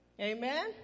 Amen